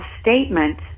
statement